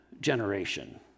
generation